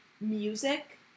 music